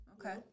Okay